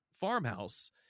farmhouse